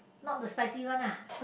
not hte spicy one ah